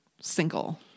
single